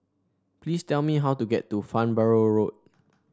please tell me how to get to Farnborough Road